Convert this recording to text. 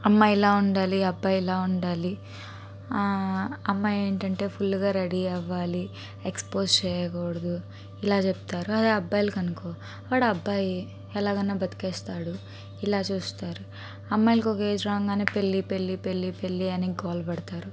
అమ్మాయి ఇలా ఉండాలి అబ్బాయి ఇలా ఉండాలి అమ్మాయి ఏంటంటే ఫుల్లుగా రెడీ అవ్వాలి ఎక్స్పోజ్ చేయకూడదు ఇలా చెప్తారు అదే అబ్బాయిలు అనుకో వాడు అబ్బాయి ఎలాగైనా బ్రతికేస్తాడు ఇలా చూస్తారు అమ్మాయిలుకు ఒక ఏజ్ రాగానే పెళ్లి పెళ్లి పెళ్లి పెళ్లి పెళ్లి అని గోల పెడతారు